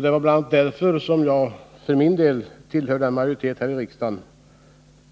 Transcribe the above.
Det är bl.a. därför som jag tillhör den majoritet här i riksdagen